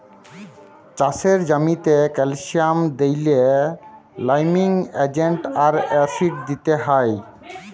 চাষের জ্যামিতে ক্যালসিয়াম দিইলে লাইমিং এজেন্ট আর অ্যাসিড দিতে হ্যয়